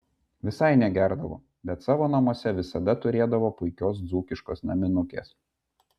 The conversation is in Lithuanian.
visai negerdavo bet savo namuose visada turėdavo puikios dzūkiškos naminukės